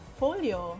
folio